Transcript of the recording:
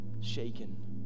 shaken